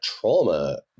trauma